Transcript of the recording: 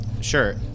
Sure